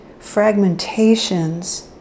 fragmentations